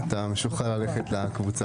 את ההרחבה התכנונית,